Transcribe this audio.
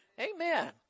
Amen